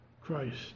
Christ